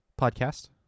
podcast